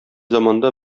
заманда